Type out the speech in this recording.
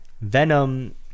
Venom